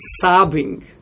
sobbing